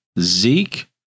Zeke